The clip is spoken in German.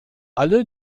alle